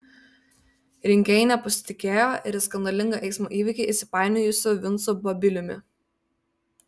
rinkėjai nepasitikėjo ir į skandalingą eismo įvykį įsipainiojusiu vincu babiliumi